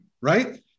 right